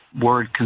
word